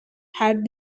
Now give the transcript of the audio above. had